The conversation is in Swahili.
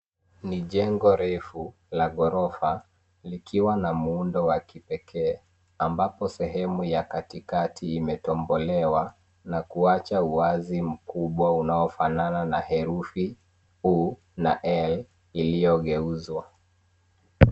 Ni jengo refu la ghorofa, likiwa na muundo wa kipekee ambapo sehemu ya katikati imetobolewa, na kuacha wazi mkubwa unaofanana na herufi C au L iliyogeuzwa.